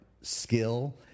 skill